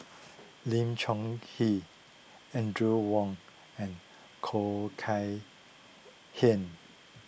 Lim Chong Keat Audrey Wong and Khoo Kay Hian